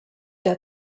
der